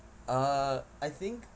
uh I think